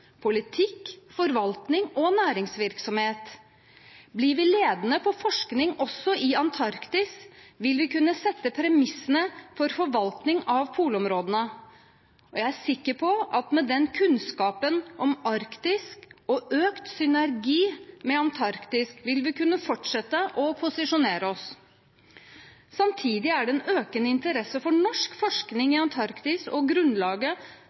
politikk, forvaltning og næringsvirksomhet. Blir vi ledende på forskning også i Antarktis, vil vi kunne sette premissene for forvaltning av polområdene. Jeg er sikker på at med kunnskapen om Arktis og økt synergi med Antarktis vil vi kunne fortsette å posisjonere oss. Samtidig er det en økende interesse for norsk forskning i Antarktis. Grunnlaget